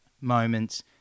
moments